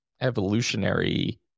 evolutionary